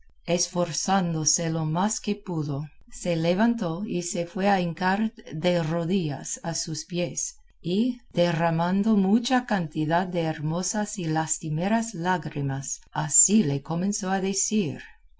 esforzándose lo más que pudo se levantó y se fue a hincar de rodillas a sus pies y derramando mucha cantidad de hermosas y lastimeras lágrimas así le comenzó a decir